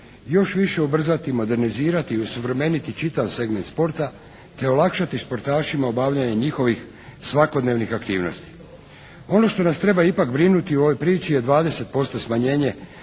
još više ubrzati, modernizirati i osuvremeniti čitav segment sporta, te olakšati sportašima obavljanje njihovih svakodnevnih aktivnosti. Ono što nas treba ipak brinuti u ovoj priči je 20% smanjenje